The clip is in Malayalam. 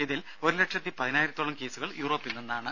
ഇതിൽ ഒരു ലക്ഷത്തി പതിനായിരത്തോളം കേസുകൾ യൂറോപ്പിൽ നിന്നാണ്